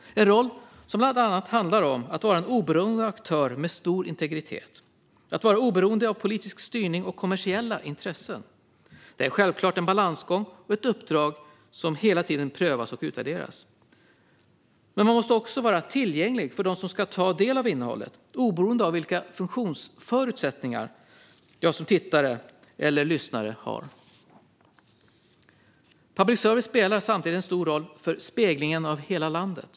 Det är en roll som bland annat handlar om att vara en oberoende aktör med stor integritet. Det handlar om att vara oberoende av politisk styrning och kommersiella intressen. Det är självklart en balansgång och ett uppdrag som hela tiden prövas och utvärderas. Man måste också vara tillgänglig för dem som ska ta del av innehållet, oberoende av vilka funktionsförutsättningar tittare eller lyssnare har. Public service spelar en stor roll för speglingen av hela landet.